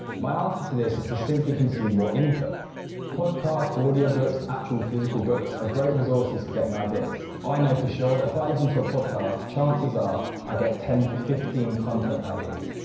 my answer to this is to simply consume more input podcasts, audio books and actual physical books are ah great resources for getting ideas. i know for sure that if i listen to a podcast, chances are i get ten to fifteen content ideas.